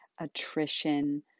attrition